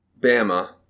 Bama